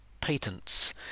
patents